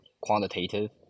quantitative